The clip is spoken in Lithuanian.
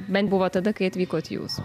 bent buvo tada kai atvykot jūs